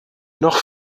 noch